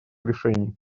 решений